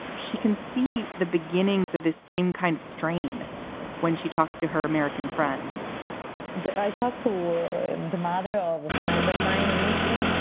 she can see the beginnings of this same kind of strain when she talks to her american friends i talked to the mother of a friend of mine in michigan.